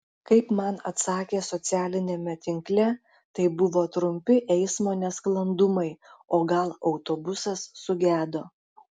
kaip man atsakė socialiniame tinkle tai buvo trumpi eismo nesklandumai o gal autobusas sugedo